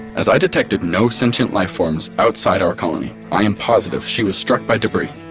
as i detected no sentient life forms outside our colony, i am positive she was struck by debris.